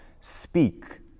speak